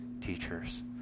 teachers